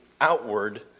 outward